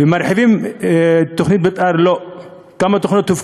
ומרחיבים תוכנית מתאר?